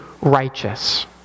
righteous